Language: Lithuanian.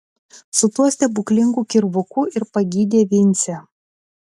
su tuo stebuklingu kirvuku ir pagydė vincę